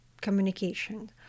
communication